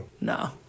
No